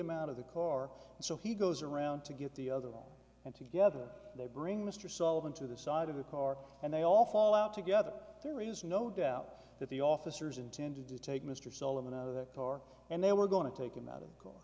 him out of the car so he goes around to get the other one and together they bring mr sullivan to the side of the car and they all fall out together there is no doubt that the officers intended to take mr sullivan out of the car and they were going to take him out of course